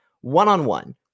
one-on-one